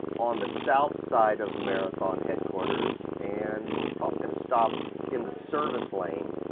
on the south side of marathon headquarters, and we're probably gonna stop in the service lane.